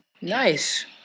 Nice